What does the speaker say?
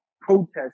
protest